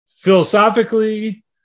Philosophically